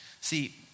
See